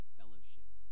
fellowship